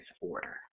order